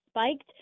spiked